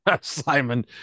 simon